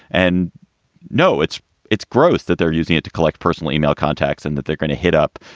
and no, it's it's gross that they're using it to collect personal email contacts and that they're going to hit up.